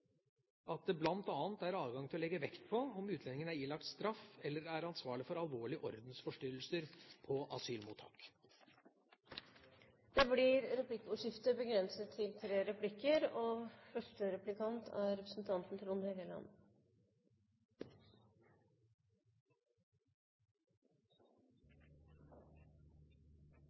at det bl.a. er adgang til å legge vekt på om utlendingen er ilagt straff eller er ansvarlig for alvorlige ordensforstyrrelser på asylmottak. Det blir replikkordskifte.